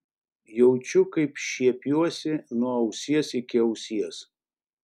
jaučiu kaip šiepiuosi nuo ausies iki ausies